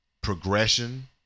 progression